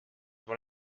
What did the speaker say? one